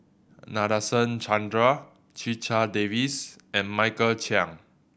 Nadasen Chandra Checha Davies and Michael Chiang